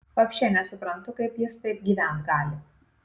vapšė nesuprantu kaip jis taip gyvent gali